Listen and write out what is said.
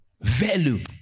Value